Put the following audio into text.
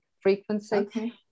frequency